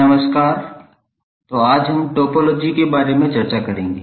नमस्कार तो आज हम टोपोलॉजी के बारे में चर्चा करेंगे